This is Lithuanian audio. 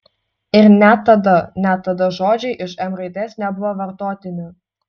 ir net tada net tada žodžiai iš m raidės nebuvo vartotini